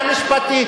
סליחה?